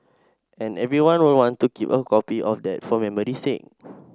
and everyone will want to keep a copy of that for memory's sake